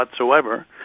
whatsoever